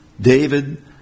David